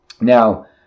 Now